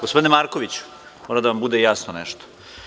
Gospodine Markoviću, da vam bude jasno nešto.